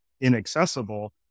inaccessible